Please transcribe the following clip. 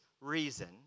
reason